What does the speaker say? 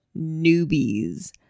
Newbies